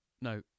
No